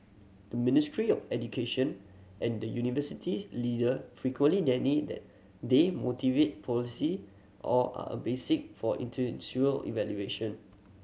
the Ministry of Education and university's leader frequently deny that they motivate policy or are a basic for evaluation